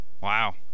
Wow